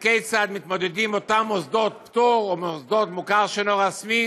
וכיצד מתמודדים אותם מוסדות פטור או מוסדות המוכר שאינו רשמי